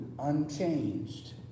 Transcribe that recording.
unchanged